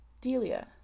Delia